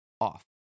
off